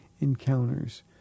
encounters